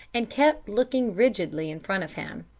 and kept looking rigidly in front of him.